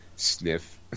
sniff